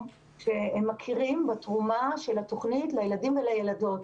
שהם מכירים בתרומה של התוכנית הזאת לילדים ולילדות.